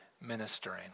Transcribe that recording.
ministering